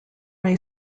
may